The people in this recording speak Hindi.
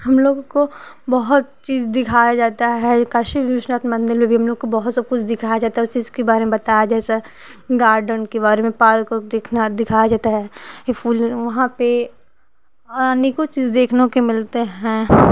हम लोगों को बहुत चीज़ दिखाया जाता है काशी विश्वनाथ मंदिर में भी हम लोग को बहुत सब कुछ दिखाया जाता है उस चीज के बारे में बताया जैसे गार्डन के बारे में पार्क उर्क दिखना दिखाया जाता है वहाँ पर अनेकों चीज देखनो को भी मिलते हैं